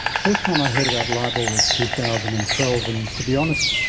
first time i heard about libor was two thousand and twelve and, to be honest,